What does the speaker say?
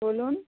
বলুন